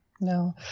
No